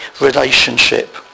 relationship